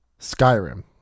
Skyrim